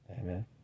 Amen